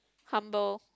humble